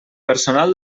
personal